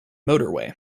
motorway